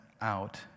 out